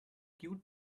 cute